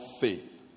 faith